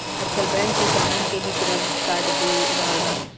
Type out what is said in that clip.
आजकल बैंक किसान के भी क्रेडिट कार्ड दे रहल बा